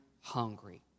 hungry